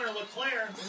LeClaire